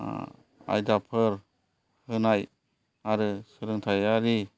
आयदाफोर होनाय आरो सोलोंथाइयारि